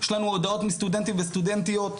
יש לנו הודעות מסטודנטים וסטודנטיות.